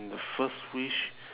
the first wish